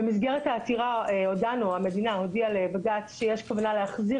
במסגרת העתירה המדינה הודיעה לבג"ץ שיש כוונה להחזיר